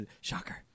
Shocker